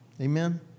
amen